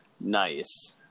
Nice